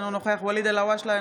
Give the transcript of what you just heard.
אינו נוכח ואליד אלהואשלה,